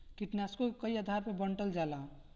कीटनाशकों के कई आधार पर बांटल जाला